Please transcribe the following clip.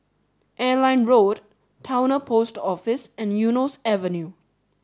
Airline Road Towner Post Office and Eunos Avenue